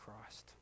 Christ